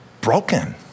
broken